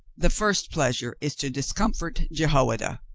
the first pleasure is to discomfort jehoiada.